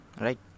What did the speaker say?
right